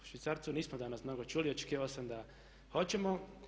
O švicarcu nismo danas mnogo čuli očekivao sam da hoćemo.